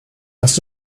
hast